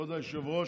כבוד היושב-ראש,